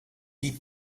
die